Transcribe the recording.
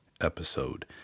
episode